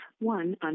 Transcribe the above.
one